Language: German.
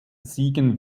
siegen